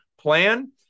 plan